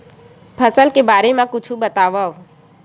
फसल के बारे मा कुछु बतावव